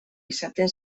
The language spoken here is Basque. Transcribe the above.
izaten